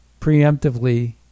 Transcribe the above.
preemptively